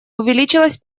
увеличилось